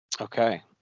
Okay